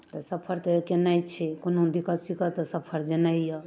तऽ सफर तऽ केनाइ छै कोनो दिक्कत सिक्कत तऽ सफर जेनाइए